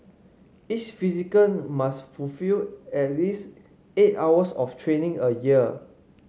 each physician must fulfil at least eight hours of training a year